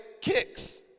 kicks